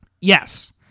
Yes